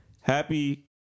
Happy